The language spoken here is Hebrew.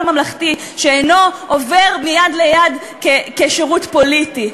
ממלכתי שאינו עובר מיד ליד כשירות פוליטי.